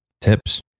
Tips